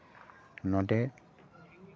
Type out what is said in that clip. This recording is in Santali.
ᱱᱚᱰᱮ